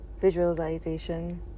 Visualization